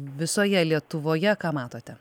visoje lietuvoje ką matote